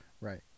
Right